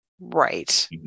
Right